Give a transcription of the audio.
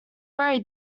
very